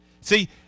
See